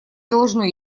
должно